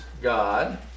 God